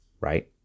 right